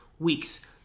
Weeks